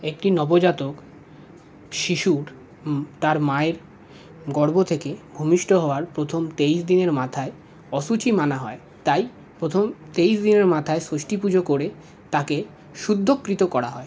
একটি নব জাতক শিশুর তার মায়ের গর্ভ থেকে ভূমিষ্ঠ হওয়ার প্রথম তেইশ দিনের মাথায় অশুচি মানা হয় তাই প্রথম তেইশ দিনের মাথায় ষষ্ঠী পুজো করে তাকে শুদ্ধকৃত করা হয়